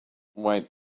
wait